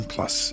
Plus